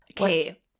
Okay